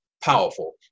powerful